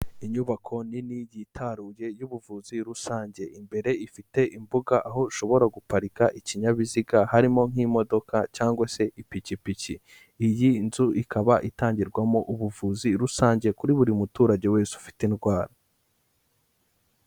Inyubako nini yitaruye y'ubuvuzi rusange, imbere ifite imbuga aho ishobora guparika ikinyabiziga harimo nk'imodoka cyangwa se ipikipiki, iyi nzu ikaba itangirwamo ubuvuzi rusange kuri buri muturage wese ufite indwara.